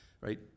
right